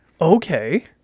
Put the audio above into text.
Okay